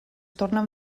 tornen